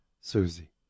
Susie